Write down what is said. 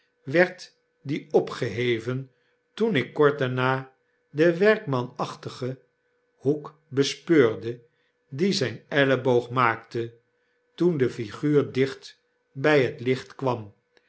werd die opgeheven toen ik kort daarna den werkmanachtigen hoek bespeurde dien zyn elleboog maakte toen de figuurdichtby hetlicht kwam